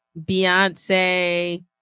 Beyonce